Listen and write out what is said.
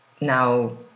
now